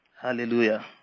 Hallelujah